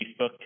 Facebook